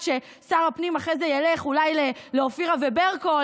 ששר הפנים אחרי זה ילך אולי לאופירה וברקו,